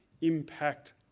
impact